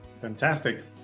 Fantastic